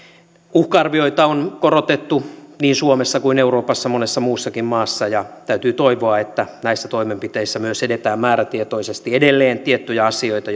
uhka arvioita on korotettu niin suomessa kuin euroopassa monessa muussakin maassa ja täytyy toivoa että näissä toimenpiteissä myös edetään määrätietoisesti on edelleen tiettyjä asioita